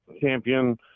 champion